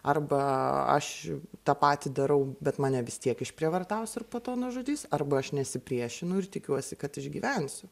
arba aš tą patį darau bet mane vis tiek išprievartaus ir po to nužudys arba aš nesipriešinu ir tikiuosi kad išgyvensiu